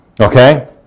Okay